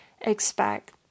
expect